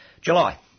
July